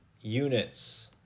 units